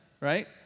right